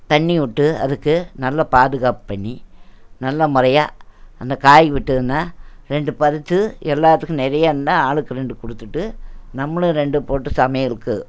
தண்ணி விட்டு அதுக்கு நல்லா பாதுகாப் பண்ணி நல்லா முறையா அந்த காய் விட்டுதுன்னா ரெண்டு பறிச்சு எல்லாத்துக்கும் நிறையாந்தா ஆளுக்கு ரெண்டு கொடுத்துட்டு நம்மளும் ரெண்டு போட்டு சமையலுக்கு